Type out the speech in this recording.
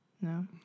No